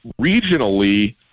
regionally